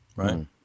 Right